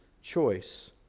choice